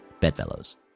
Bedfellows